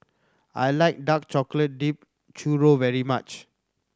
I like dark chocolate dipped churro very much